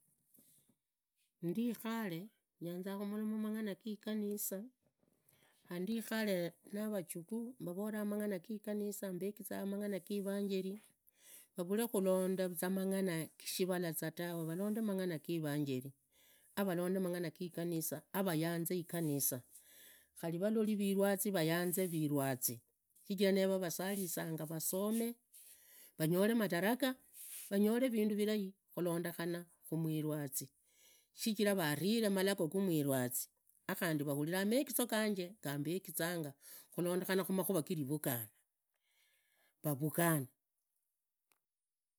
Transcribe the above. Ndikhale nyanza khumolorna mang'ana giganisa, khandi ndikhale narajukhu varoola, mang'ana gigaanisa, mbaegizanga mung'ana girangeli, vavule khulonda mungana ga shivala rawe, valonde mang'ana gi ivangeli, avolonde mang'ana giganisa, avayanze iganisa khari valole rirwazi vayanze rirwazi, sichira nee vasalizanga vasome, vanyore madararia, vanyole vindu vilai khulondekhana khumwirwazi shichira variree malago gamwirwazi, avahurira megizo ajanje gambaekhizanga khulondekhana navivugana, vavugane.